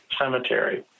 Cemetery